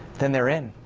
then they're in,